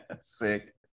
Sick